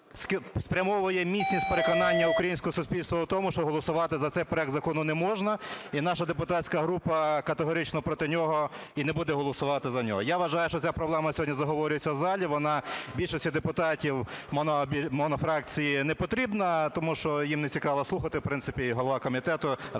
спрямовує міцність переконання українського суспільства у тому, що голосувати за цей проект закону не можна. І наша депутатська група категорично проти нього і не буде голосувати за нього. Я вважаю, що ця проблема сьогодні заговорюється в залі, вона більшості депутатів монофракції не потрібна, тому що їм нецікаво слухати, в принципі, і голова комітету раз